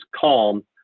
calm